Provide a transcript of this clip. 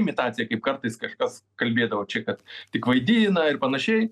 imitacija kaip kartais kažkas kalbėdavo čia kad tik vaidina ir panašiai